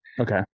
Okay